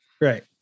right